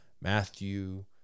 Matthew